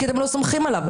כי אתם לא סומכים עליו.